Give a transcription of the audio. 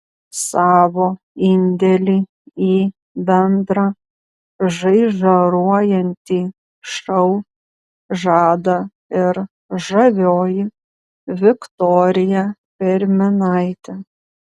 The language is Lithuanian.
savo indėlį į bendrą žaižaruojantį šou žada ir žavioji viktorija perminaitė